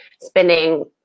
spending